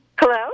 Hello